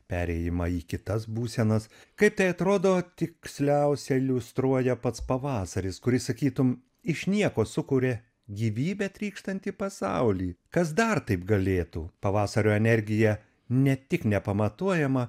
perėjimą į kitas būsenas kaip tai atrodo tiksliausia iliustruoja pats pavasaris kuris sakytum iš nieko sukuria gyvybe trykštantį pasaulį kas dar taip galėtų pavasario energija ne tik nepamatuojama